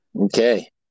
Okay